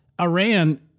Iran